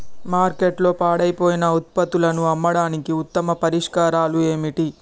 మార్కెట్లో పాడైపోయిన ఉత్పత్తులను అమ్మడానికి ఉత్తమ పరిష్కారాలు ఏమిటి?